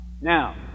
Now